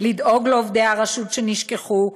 לדאוג לעובדי הרשות שנשכחו,